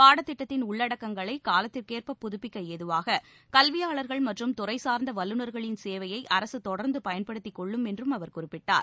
பாடத் திட்டத்தின் உள்ளடக்கங்களை காலத்திற்கேற்ப புதப்பிக்க ஏதுவாக கல்வியாளர்கள் மற்றும் துறை சார்ந்த வல்லுநர்களின் சேவையை அரசு தொடர்ந்து பயன்படுத்திக் கொள்ளும் என்றும் அவர் குறிப்பிட்டார்